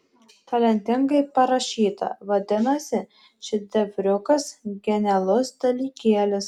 talentingai parašyta vadinasi šedevriukas genialus dalykėlis